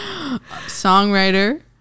Songwriter